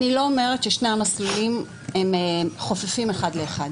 אני לא אומרת ששני המסלולים חופפים אחד לאחד,